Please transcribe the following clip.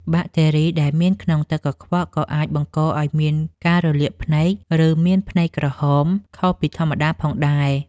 បាក់តេរីដែលមានក្នុងទឹកកខ្វក់ក៏អាចបង្កឱ្យមានការរលាកភ្នែក ឬមានភ្នែកក្រហមខុសពីធម្មតាផងដែរ។